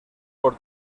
por